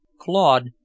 Claude